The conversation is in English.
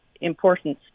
importance